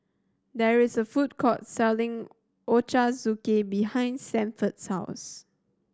there is a food court selling Ochazuke behind Sanford's house